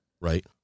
right